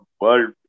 world